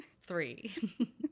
three